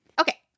Okay